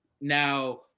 now